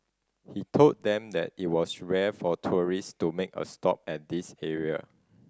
he told them that it was rare for tourist to make a stop at this area